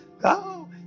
go